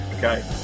Okay